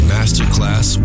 Masterclass